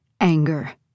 anger